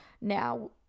now